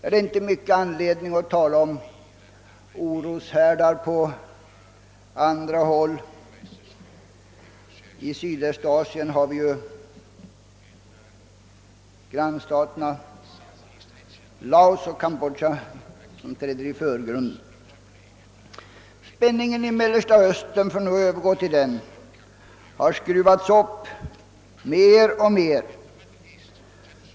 Bland de oroshärdar som förekommer på andra håll i Sydostasien är det grannstaterna Laos och Kambodja som träder i förgrunden. Jag vill härefter övergå till att behandla Mellanösternkonflikten, där spänningen har skruvats upp mer och mer.